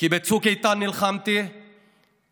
כי בצוק איתן נלחמתי כאשר